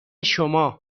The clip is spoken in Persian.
شما